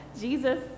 Jesus